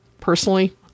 Personally